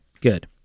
good